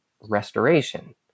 restoration